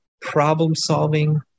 problem-solving